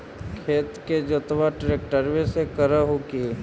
खेत के जोतबा ट्रकटर्बे से कर हू की?